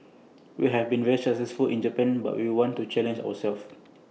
we have been very successful in Japan but we want to challenge ourselves